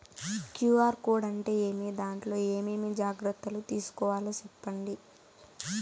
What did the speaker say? QR code అంటే ఏమి? దాంట్లో ఏ ఏమేమి జాగ్రత్తలు తీసుకోవాలో సెప్పండి?